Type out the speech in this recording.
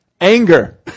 Anger